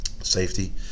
Safety